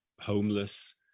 homeless